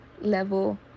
level